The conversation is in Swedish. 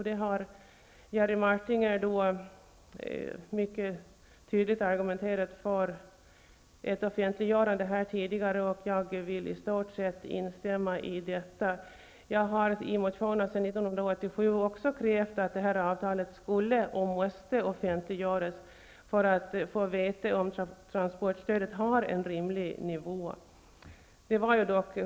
Jerry Martinger har mycket tydligt argumenterat för ett offentliggörande, och jag vill i stort sett instämma i detta. Jag har i motioner sedan 1987 också krävt att detta avtal skulle och måste offentliggöras, för att vi skall få veta om transportstödet har en rimlig nivå.